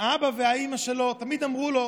אבא ואימא שלו תמיד אמרו לו: